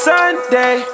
Sunday